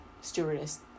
stewardess